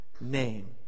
name